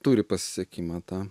turi pasisekimą tą